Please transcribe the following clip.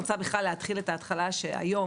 אני רוצה בכלל להתחיל את ההתחלה שהיום,